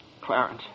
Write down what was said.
Clarence